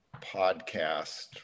podcast